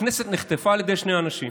הכנסת נחטפה על ידי שני אנשים.